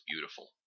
beautiful